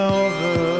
over